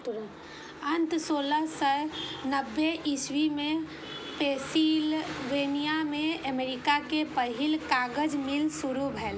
अंततः सोलह सय नब्बे इस्वी मे पेंसिलवेनिया मे अमेरिका के पहिल कागज मिल शुरू भेलै